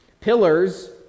Pillars